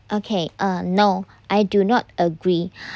okay uh no I do not agree